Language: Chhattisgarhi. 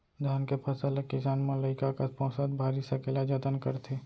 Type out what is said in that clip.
धान के फसल ल किसान मन लइका कस पोसत भारी सकेला जतन करथे